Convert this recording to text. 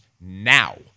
now